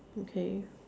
okay